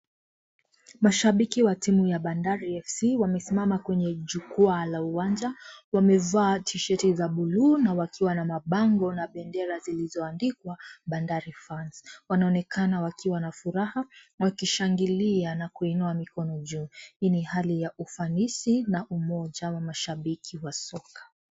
Mashabiki wa timu ya bandari FC wamesimama kwenye jukwaa la uwanja. Wamevaa tisheti za buluu na wakiwa na mabango na bendera zilizoandikwa bandari fans. Wanaonekana kuwa na furaha wakishangilia na kuinuia mikono juu. Hii ni hali ya ufanisi na umoja wa mashabiki wa soka.